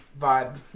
vibe